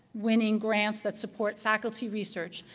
winning grants that support faculty research,